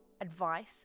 advice